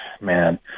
man